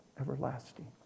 Everlasting